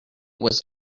was